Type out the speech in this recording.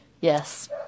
Yes